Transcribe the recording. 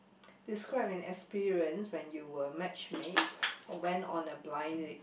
describe an experience when you were match made or went on a blind date